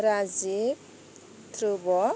Rajib Dhruba